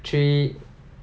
three